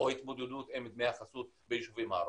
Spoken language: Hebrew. ההתמודדות עם דמי החסות ביישובים הערביים.